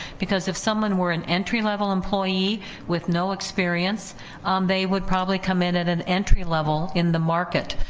because if someone were an entry level employee with no experience they would probably come in at an entry level in the market,